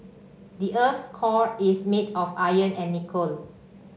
the earth's core is made of iron and nickel